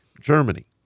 Germany